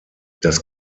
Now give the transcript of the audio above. das